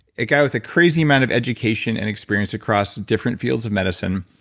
a guy with a crazy amount of education and experience across different fields of medicine,